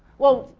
well,